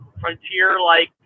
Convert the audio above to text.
frontier-like